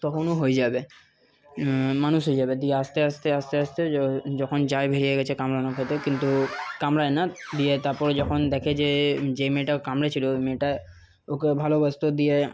তখন ও হয়ে যাবে মানুষ হয়ে যাবে দিয়ে আস্তে আস্তে আস্তে আস্তে যখন যায় ভেড়িয়ার কাছে কামড়ানো খেতে কিন্তু কামড়ায় না দিয়ে তারপরে যখন দেখে যে যে মেয়েটা কামড়েছিলো ওই মেয়েটা ওকে ভালোবাসতো দিয়ে